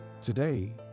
Today